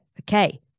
Okay